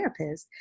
therapists